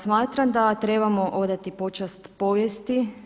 Smatram da trebamo odati počast povijesti.